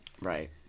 right